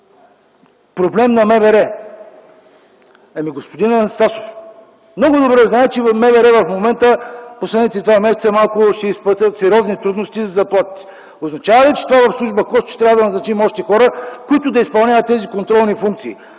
Проблем на МВР? Ами, господин Анастасов, много добре знаете, че МВР в момента – последните два месеца, се изпитват сериозни трудности за заплатите. Означава ли това, че в служба КОС трябва да назначим още хора, които да изпълняват тези контролни функции?